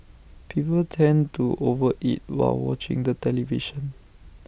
people tend to over eat while watching the television